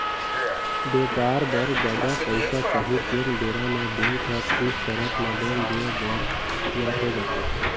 बेपार बर जादा पइसा चाही तेन बेरा म बेंक ह कुछ सरत म लोन देय बर तियार हो जाथे